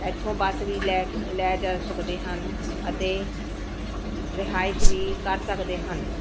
ਇੱਥੋਂ ਬੱਸ ਵੀ ਲੈ ਕ ਲੈ ਜਾ ਸਕਦੇ ਹਨ ਅਤੇ ਰਿਹਾਇਸ਼ ਵੀ ਕਰ ਸਕਦੇ ਹਨ